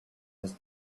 his